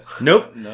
Nope